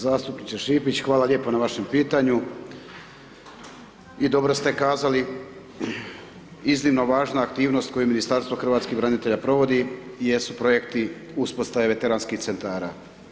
Zastupniče Šipić hvala lijepo na vašem pitanju i dobro ste kazali, iznimno važna aktivnost koju Ministarstvo hrvatskih branitelja provodi jesu projekti uspostave Veteranskih Centara.